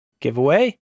giveaway